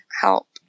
help